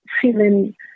feeling